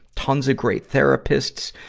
tons of great therapists,